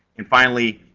and finally,